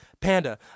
Panda